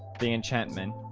the enchantment